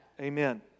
Amen